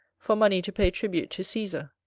for money to pay tribute to caesar.